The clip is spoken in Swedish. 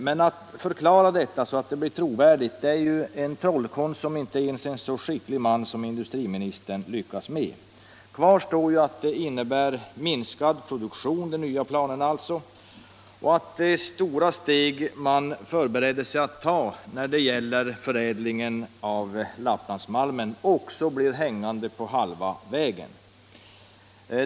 Men att förklara detta så att det blir trovärdigt är en trollkonst som inte ens en så skicklig man som industriministern lyckas med. Kvar står ju att de nya planerna innebär en minskad produktion och att de stora steg man förberedde sig att ta när det gäller förädlingen av Lapplandsmalmen också blir hängande på halva vägen.